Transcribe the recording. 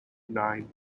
nine